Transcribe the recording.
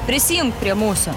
prisijunk prie mūsų